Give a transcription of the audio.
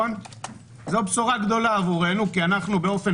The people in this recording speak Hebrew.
זו בשורה גדולה בשבילנו כי אנחנו באופן